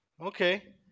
okay